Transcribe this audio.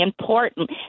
important